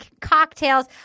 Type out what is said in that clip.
cocktails